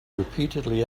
repeatedly